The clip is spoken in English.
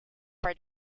for